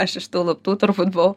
aš iš tų luptų turbūt buvau